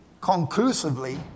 conclusively